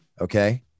Okay